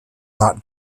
not